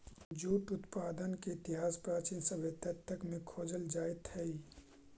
jute उत्पादन के इतिहास प्राचीन सभ्यता तक में खोजल जाइत हई